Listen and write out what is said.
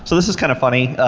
so this is kind of funny.